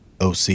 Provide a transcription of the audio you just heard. OC